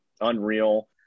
unreal